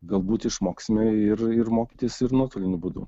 galbūt išmoksime ir ir mokytis ir nuotoliniu būdu